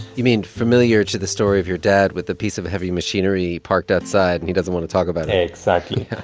you mean familiar to the story of your dad with the piece of heavy machinery parked outside and he doesn't want to talk about it exactly.